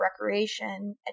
recreation